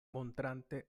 montrante